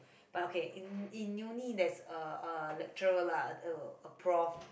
but okay in in uni there's a a lecturer lah a a prof